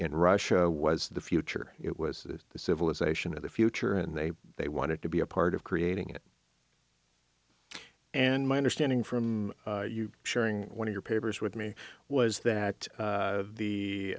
in russia was the future it was the civilization of the future and they they wanted to be a part of creating it and my understanding from you sharing one of your papers with me was that